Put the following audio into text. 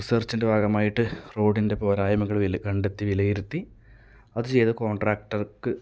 റിസർച്ചിന്റെ ഭാഗമായിട്ട് റോഡിന്റെ പോരായ്മകൾ കണ്ടെത്തി വിലയിരുത്തി അത് ചെയ്ത കോൺട്രാക്ടർക്ക്